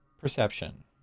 perception